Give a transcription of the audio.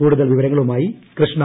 കൂടുതൽ വിവരങ്ങളുമായി കൃഷ്ണ